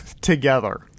together